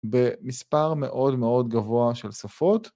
במספר מאוד מאוד גבוה של שפות.